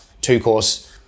two-course